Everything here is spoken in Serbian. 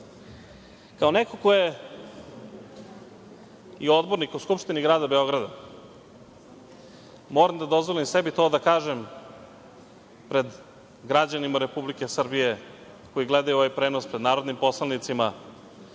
neko ko je i odbornik u Skupštini Grada Beograda, moram da dozvolim sebi to da kažem pred građanima Republike Srbije koji gledaju ovaj prenos, pred narodnim poslanicima,